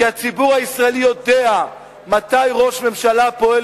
כי הציבור הישראלי יודע מתי ראש ממשלה פועל